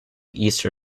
easter